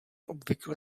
obvykle